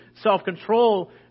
self-control